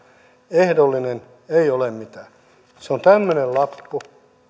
ehdollinen ei ole mitään se on tämmöinen lappu